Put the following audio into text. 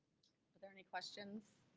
are there any questions?